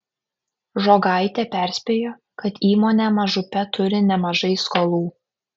žogaitė perspėjo kad įmonė mažupė turi nemažai skolų